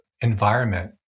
environment